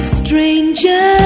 stranger